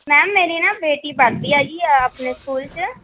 ma'am ਮੇਰੀ ਨਾ ਬੇਟੀ ਪੜ੍ਹਦੀ ਆ ਜੀ ਆਪਣੇ ਸਕੂਲ 'ਚ